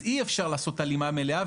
אז אי אפשר לעשות הלימה מלאה,